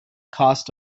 cost